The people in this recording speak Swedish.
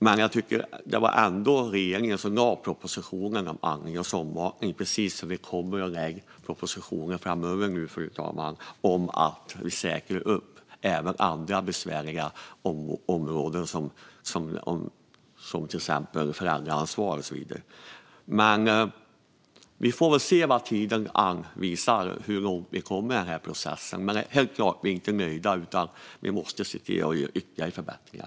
Men det var ändå regeringen som lade fram propositionen om andning och sondmatning, precis som vi kommer att lägga fram propositioner framöver om att säkra även andra besvärliga områden, till exempel föräldraansvaret. Vi får väl se tiden an och se hur långt vi kommer i processen. Men helt klart är vi inte nöjda, utan vi måste se till att göra ytterligare förbättringar.